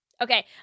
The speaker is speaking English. Okay